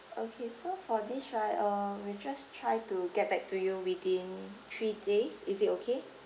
okay so for this right uh we just try to get back to you within three days is it okay